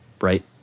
right